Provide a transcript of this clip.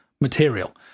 material